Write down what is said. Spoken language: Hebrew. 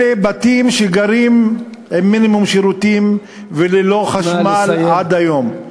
אלה בתים שגרים בהם עם מינימום שירותים וללא חשמל עד היום.